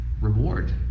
reward